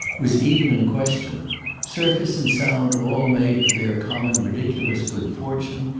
was even in question surface and sound all made for their common ridiculous good fortune,